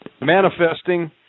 manifesting